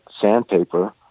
sandpaper